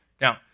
Now